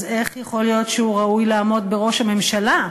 אז איך יכול להיות שהוא ראוי לעמוד בראש הממשלה?